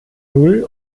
null